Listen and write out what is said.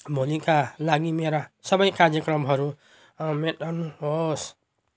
भोलिका लागि मेरा सबै कार्यक्रमहरू मेट्टाउनुहोस्